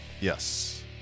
Yes